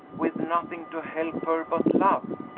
with nothing to help her but love?